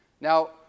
now